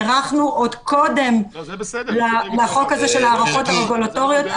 הארכנו עוד קודם לחוק הזה של ההארכות הרגולטוריות,